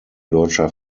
deutscher